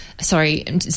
sorry